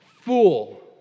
fool